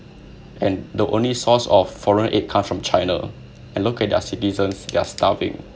and the only source of foreign aid came from china and look at their citizens they're starving